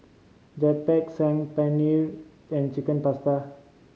Japchae Saag Paneer and Chicken Pasta